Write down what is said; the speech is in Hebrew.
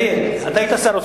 תראה, אתה היית שר האוצר,